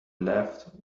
left